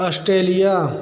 Australia